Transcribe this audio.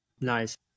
nice